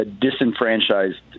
Disenfranchised